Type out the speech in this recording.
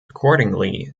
accordingly